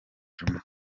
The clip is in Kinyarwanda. djuma